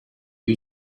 you